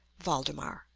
valdemar